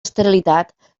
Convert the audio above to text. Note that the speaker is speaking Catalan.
esterilitat